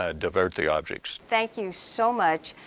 ah divert the objects. thank you so much.